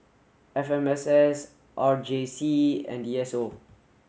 F M S S R J C and D S O